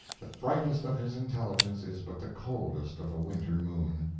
the brightest of his intelligence is but the coldness of a winter moon,